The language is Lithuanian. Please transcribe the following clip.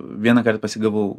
vienąkart pasigavau